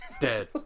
Dead